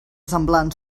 semblant